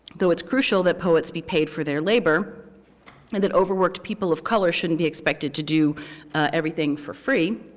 though it's crucial that poets be paid for their labor and that overworked people of color shouldn't be expected to do everything for free.